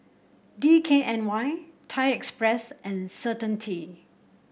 D K N Y Thai Express and Certainty